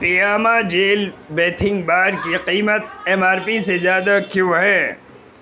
Fiama gel bathing bar کی قیمت M R P سے زیادہ کیوں ہے